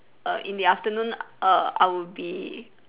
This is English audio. err in the afternoon err I would be